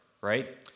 right